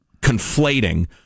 conflating